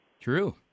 True